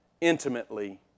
intimately